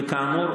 וכאמור,